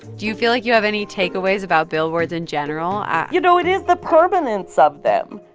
do you feel like you have any takeaways about billboards in general? and you know, it is the permanence of them.